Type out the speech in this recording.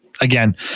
Again